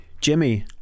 Jimmy